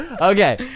Okay